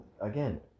again